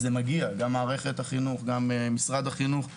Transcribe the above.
גם מערכת החינוך וגם משרד החינוך אומרים שזה מגיע להם.